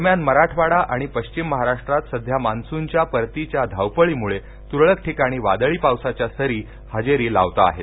दरम्यान मराठवाडा आणि पश्चिम महाराष्ट्रात सध्या मान्सूनच्या परतीच्या धावपळीमुळे तुरळक ठिकाणी वादळी पावसाच्या सरी हजेरी लावताहेत